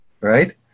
right